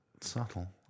subtle